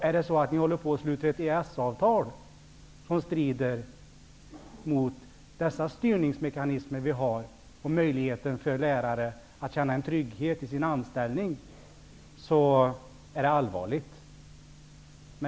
Är det så att ni är på väg att sluta ett EES-avtal som strider mot de styrningsmekanismer som finns när det gäller möjligheten för lärare att känna trygghet i sin anställning så är det allvarligt.